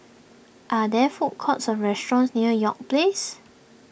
are there food courts or restaurants near York Place